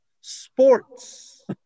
sports